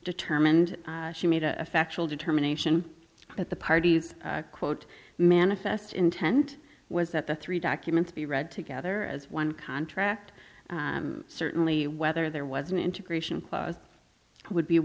determined she made a factual determination that the parties quote manifest intent was that the three documents be read together as one contract certainly whether there was an integration clause would be